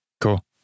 Cool